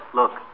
look